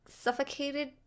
suffocated